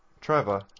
Trevor